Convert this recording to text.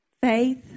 faith